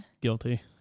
Guilty